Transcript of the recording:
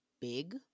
big